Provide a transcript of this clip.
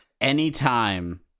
anytime